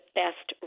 best